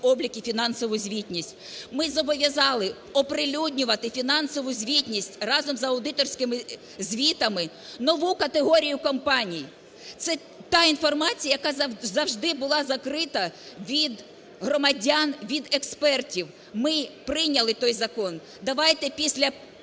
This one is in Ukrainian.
облік і фінансову звітність". Ми зобов'язали оприлюднювати фінансову звітність разом з аудиторськими звітами нову категорію компаній. Це та інформація, яка завжди була закрита від громадян, від експертів. Ми прийняли той закон. Давайте після